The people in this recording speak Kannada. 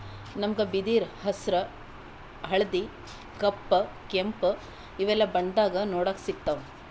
ನಮ್ಗ್ ಬಿದಿರ್ ಹಸ್ರ್ ಹಳ್ದಿ ಕಪ್ ಕೆಂಪ್ ಇವೆಲ್ಲಾ ಬಣ್ಣದಾಗ್ ನೋಡಕ್ ಸಿಗ್ತಾವ್